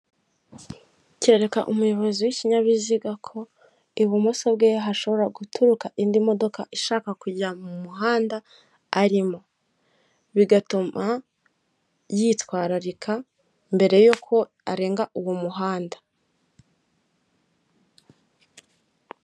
Kereka umuyobozi w'ikinyabiziga ko ibumoso bwe hashobora gutuka indi modoka ishaka kujya mu muhanda arimo, bigatuma yitwararika mbere y'uko arenga uwo muhanda.